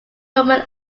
roman